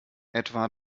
etwa